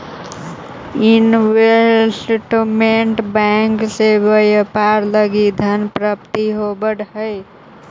investment bank से व्यापार लगी धन प्राप्ति होवऽ हइ